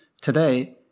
Today